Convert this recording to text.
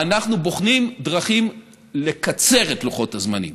אנחנו בוחנים דרכים לקצר את לוחות הזמנים.